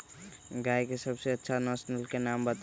गाय के सबसे अच्छा नसल के नाम बताऊ?